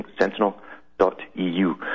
sentinel.eu